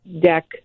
deck